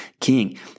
King